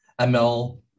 ML